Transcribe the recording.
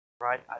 right